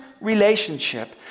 relationship